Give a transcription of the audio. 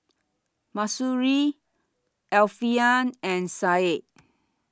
Mahsuri Alfian and Said